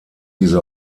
diese